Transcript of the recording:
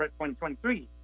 2023